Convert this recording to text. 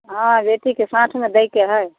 हँ बेटी के साठि मे दै के हय